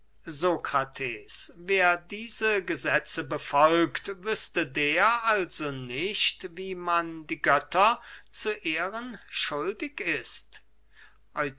sokrates wer diese gesetze befolgt wüßte der also nicht wie man die götter zu ehren schuldig ist